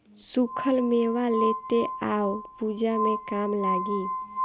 सुखल मेवा लेते आव पूजा में काम लागी